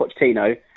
Pochettino